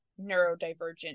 neurodivergent